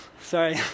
sorry